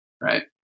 right